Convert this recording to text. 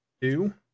two